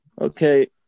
okay